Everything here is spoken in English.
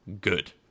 Good